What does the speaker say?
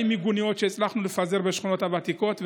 הצלחנו לפזר 40 מיגוניות בשכונות הוותיקות,